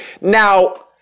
Now